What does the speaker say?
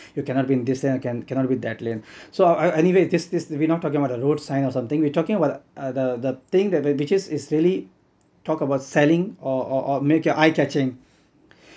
you cannot be in this lane cannot be in that lane and so uh anyway this this we are not talking about a road sign or something we're talking about uh the the thing that the which is really talk about selling or make your eye catching